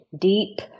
deep